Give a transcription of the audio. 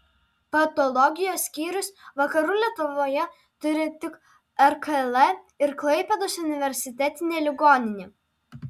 patologijos skyrius vakarų lietuvoje turi tik rkl ir klaipėdos universitetinė ligoninė